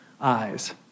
eyes